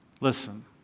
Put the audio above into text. Listen